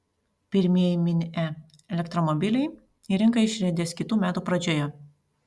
pirmieji mini e elektromobiliai į rinką išriedės kitų metų pradžioje